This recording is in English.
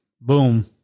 boom